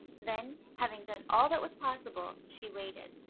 then, having done all that was possible, she waited,